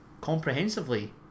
comprehensively